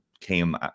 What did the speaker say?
came